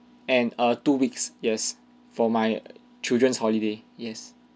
and err two weeks yes for my children's holiday yes